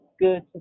good